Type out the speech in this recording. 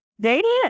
Dating